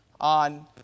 on